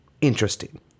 interesting